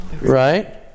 Right